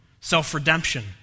self-redemption